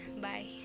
bye